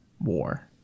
war